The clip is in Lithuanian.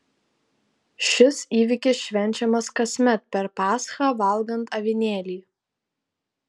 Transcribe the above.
šis įvykis švenčiamas kasmet per paschą valgant avinėlį